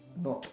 not